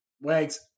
Wags